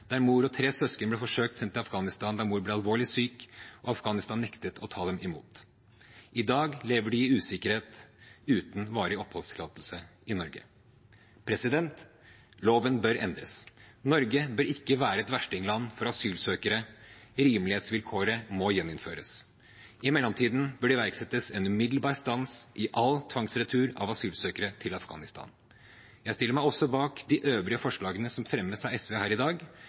der mor og tre søsken ble forsøkt sendt til Afghanistan, mor ble alvorlig syk og Afghanistan nektet å ta imot dem. I dag lever de i usikkerhet uten varig oppholdstillatelse i Norge. Loven bør endres. Norge bør ikke være et verstingland for asylsøkere. Rimelighetsvilkåret må gjeninnføres. I mellomtiden bør det iverksettes en umiddelbar stans i all tvangsretur av asylsøkere til Afghanistan. Jeg stiller meg også bak de øvrige forslagene som fremmes av SV her i dag,